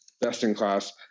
best-in-class